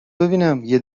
ببینم، یه